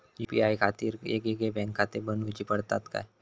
UPI खातीर येगयेगळे बँकखाते बनऊची पडतात काय?